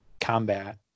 combat